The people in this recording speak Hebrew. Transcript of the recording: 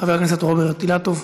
חבר הכנסת רוברט אילטוב,